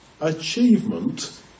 achievement